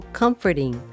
comforting